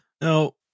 Now